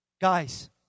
Guys